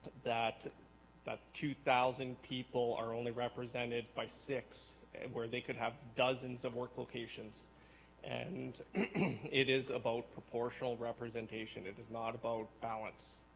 that that two thousand people are only represented by six where they could have dozens of work locations and it is about proportional representation it is not about balance